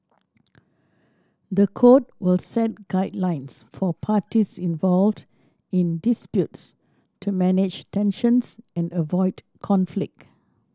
the code will set guidelines for parties involved in disputes to manage tensions and avoid conflict